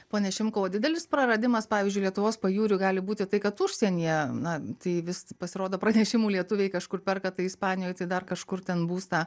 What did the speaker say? pone šimkau o didelis praradimas pavyzdžiui lietuvos pajūrių gali būti tai kad užsienyje na tai vis pasirodo pranešimų lietuviai kažkur perka tai ispanijoj tai dar kažkur ten būstą